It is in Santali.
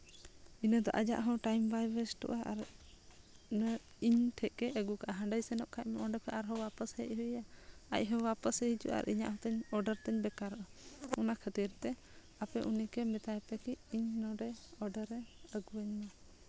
ᱤᱱᱟᱹ ᱫᱚ ᱟᱡᱟᱜ ᱦᱚ ᱴᱟᱭᱤᱢ ᱦᱚᱸ ᱵᱟᱭ ᱚᱭᱮᱥᱴᱚᱜᱼᱟ ᱟᱨ ᱤᱧ ᱴᱷᱮᱱ ᱜᱮ ᱟᱹᱜᱩ ᱠᱟᱜ ᱟᱭ ᱦᱟᱸᱰᱮ ᱥᱮᱱᱚᱜ ᱠᱷᱚᱡᱽ ᱢᱟ ᱚᱸᱰᱮ ᱠᱷᱚᱡ ᱟᱨ ᱦᱚᱸ ᱵᱟᱯᱟᱥ ᱦᱮᱡ ᱦᱩᱭ ᱟᱭᱟ ᱟᱡ ᱦᱚᱸ ᱵᱟᱯᱟᱥᱮ ᱦᱤᱡᱩᱜᱼᱟ ᱤᱧᱟᱹᱜ ᱦᱚᱸ ᱛᱤᱧ ᱚᱰᱟᱨ ᱛᱤᱧ ᱵᱮᱠᱟᱨᱚᱜᱼᱟ ᱚᱱᱟ ᱠᱷᱟᱹᱛᱤᱨ ᱛᱮ ᱟᱯᱮ ᱩᱱᱤ ᱜᱮ ᱢᱮᱛᱟᱭ ᱯᱮ ᱠᱤ ᱤᱧ ᱱᱚᱰᱮ ᱚᱰᱟᱨᱮ ᱟᱹᱜᱩ ᱟᱹᱧᱢᱟ